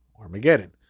armageddon